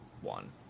one